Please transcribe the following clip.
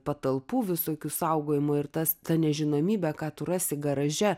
patalpų visokių saugojimu ir tas ta nežinomybė ką tu rasi garaže